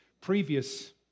previous